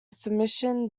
submission